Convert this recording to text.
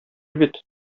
бит